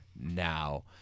now